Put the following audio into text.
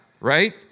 right